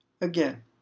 Again